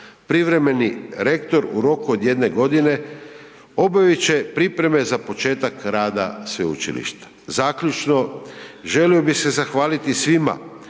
Privremeni rektor u roku od jedne godine obavit će pripreme za početak rada sveučilišta. Zaključno, želio bi se zahvaliti svima